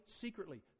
secretly